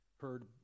heard